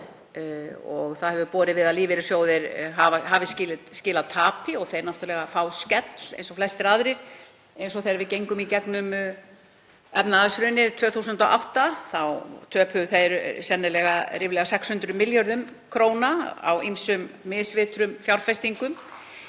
Borið hefur við að lífeyrissjóðir hafi skilað tapi og þeir fá náttúrlega skell eins og flestir aðrir, eins og þegar við gengum í gegnum efnahagshrunið 2008. Þá töpuðu þeir sennilega ríflega 600 milljörðum kr. á ýmsum misviturlegum fjárfestingum.